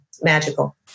magical